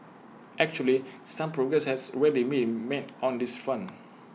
actually some progress has already been made on this front